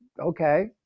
okay